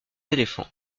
éléphants